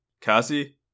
Cassie